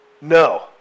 No